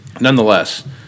nonetheless